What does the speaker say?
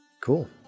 Cool